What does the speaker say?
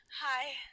Hi